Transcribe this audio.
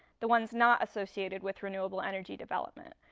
the ones not associated with renewable energy development.